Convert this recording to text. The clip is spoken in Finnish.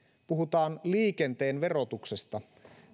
puhutaan liikenteen verotuksesta